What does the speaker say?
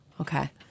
okay